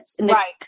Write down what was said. Right